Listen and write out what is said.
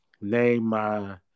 name